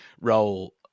role